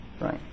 Right